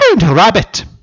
rabbit